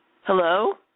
Hello